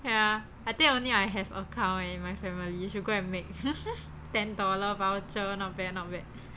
ya I think only I have account in my family I should go and make ten dollar voucher not bad not bad